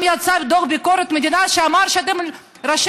יצא דוח ביקורת המדינה שאמר שראשי